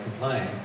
complain